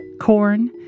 corn